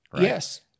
Yes